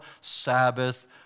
Sabbath